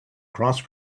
cross